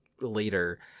later